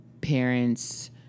parents